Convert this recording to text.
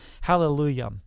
Hallelujah